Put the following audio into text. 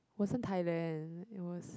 wasn't Thailand it was